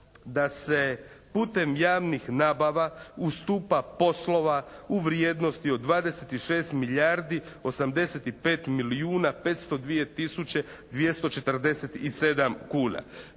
da se putem javnih nabava ustupa poslova u vrijednosti od 26 milijardi 85 milijuna 502 tisuće 247 kuna.